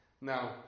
Now